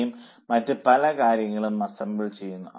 C യും മറ്റ് പല കാര്യങ്ങളും അസംബ്ലിങ്ങ് ചെയ്യുന്നു